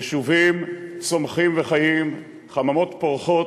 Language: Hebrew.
יישובים צומחים וחיים, חממות פורחות,